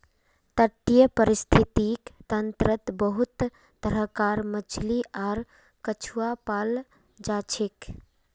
तटीय परिस्थितिक तंत्रत बहुत तरह कार मछली आर कछुआ पाल जाछेक